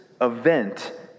event